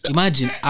Imagine